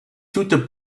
toutes